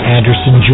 Anderson